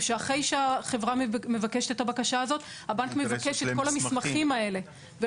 משום שאחרי שהחברה מבקשת את הבקשה הזאת הבנק מבקש את כל המסמכים האלה.